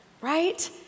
right